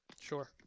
Sure